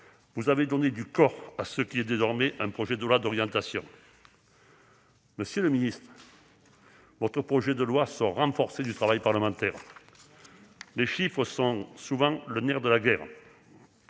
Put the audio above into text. nous avons donné du corps à ce qui est désormais un projet de loi d'orientation. Monsieur le ministre, votre projet de loi sort renforcé du travail parlementaire. Les chiffres sont souvent le nerf de la guerre.